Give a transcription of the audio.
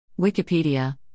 Wikipedia